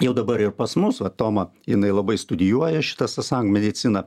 jau dabar ir pas mus vat toma jinai labai studijuoja šitą sasang mediciną